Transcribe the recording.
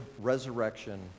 resurrection